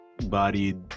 bodied